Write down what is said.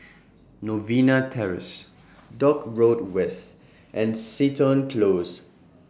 Novena Terrace Dock Road West and Seton Close